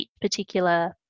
particular